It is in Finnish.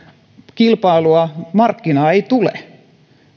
kilpailua markkinaa ei tule